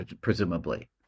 presumably